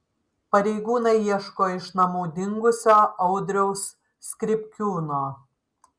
pareigūnai ieško iš namų dingusio audriaus skripkiūno